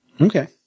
Okay